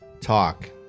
Talk